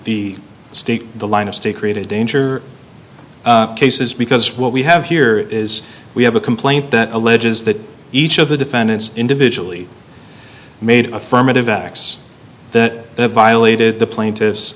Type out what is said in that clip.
the state the line of state created danger cases because what we have here is we have a complaint that alleges that each of the defendants individually made affirmative acts that violated the plaintiff